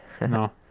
No